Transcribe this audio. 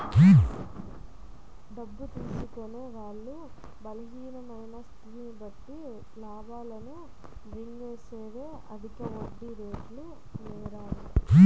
డబ్బు తీసుకునే వాళ్ళ బలహీనమైన స్థితిని బట్టి లాభాలను మింగేసేవే అధిక వడ్డీరేటు నేరాలు